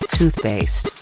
toothpaste,